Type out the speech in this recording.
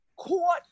caught